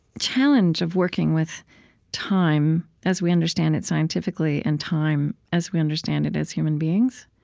challenge of working with time as we understand it scientifically, and time as we understand it as human beings?